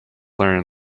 learn